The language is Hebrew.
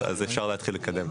אז אפשר להתחיל לקדם.